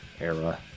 era